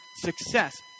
success